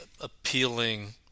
appealing